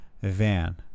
Van